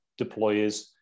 deployers